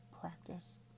practice